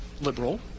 liberal